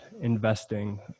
investing